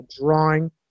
drawing